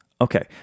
Okay